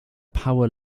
power